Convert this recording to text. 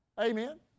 Amen